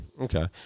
Okay